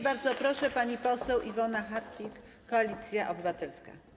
Bardzo proszę, pani poseł Iwona Hartwich, Koalicja Obywatelska.